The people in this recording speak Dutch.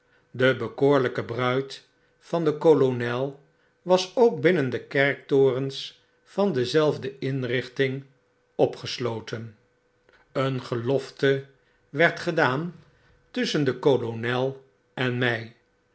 de bekoorlyke bruid van den kolonel was ook binnen de kerkertorens van dezelfde inrichting opgesloten een gelofte werd gedaan tusschen den kolonel en my